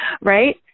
Right